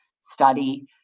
study